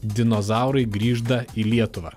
dinozaurai grįžda į lietuvą